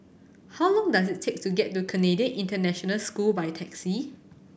how long does it take to get to Canadian International School by taxi